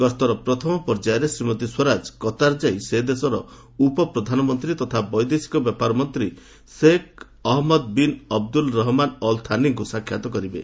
ଗସ୍ତର ପ୍ରଥମ ପର୍ଯ୍ୟାୟରେ ଶ୍ରୀମତୀ ସ୍ୱରାଜ କତାର ଯାଇ ସେ ଦେଶର ଉପପ୍ରଧାନମନ୍ତ୍ରୀ ତଥା ବୈଦେଶିକ ବ୍ୟାପାର ମନ୍ତ୍ରୀ Sheikh Mohammed bin Abdul Rahman Al ଥାନିଙ୍କୁ ସାକ୍ଷାତ କରିବେ